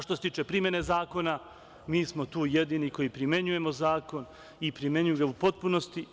Što se tiče primene zakona, mi smo tu jedini koji primenjujemo zakon i primenjujemo ga u potpunosti.